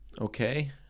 Okay